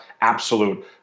absolute